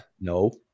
No